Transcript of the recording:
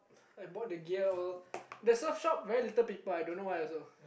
and bought the gear all the surf shop very little people I don't know why also